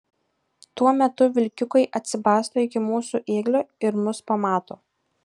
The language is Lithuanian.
tuo metu vilkiukai atsibasto iki mūsų ėglio ir mus pamato